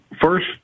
first